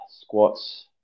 squats